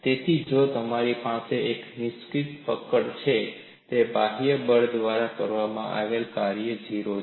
તેથી જો મારી પાસે એક નિશ્ચિત પકડ છે તો બાહ્ય બળ દ્વારા કરવામાં આવેલ કાર્ય 0 છે